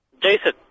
Jason